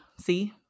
See